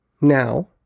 now